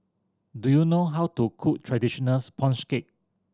do you know how to cook traditional sponge cake